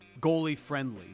goalie-friendly